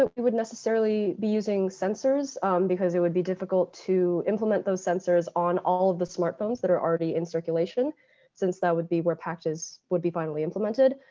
that we would necessarily be using sensors because it would be difficult to implement those sensors on all of the smartphones that are already in circulation since that would be where pact would be finally implemented,